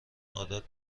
عادت